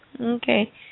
Okay